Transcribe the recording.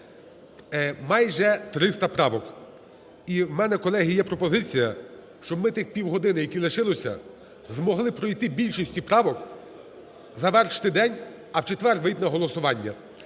майже 300 правок. І у мене, колеги, є пропозиція, щоб ми тих півгодини, які лишилося, змогли пройти більшість правок, завершити день, а в четвер вийти на голосування.